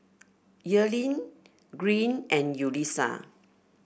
Earlene Green and Yulissa